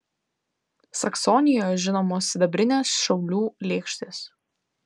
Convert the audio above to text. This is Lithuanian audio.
saksonijoje žinomos sidabrinės šaulių lėkštės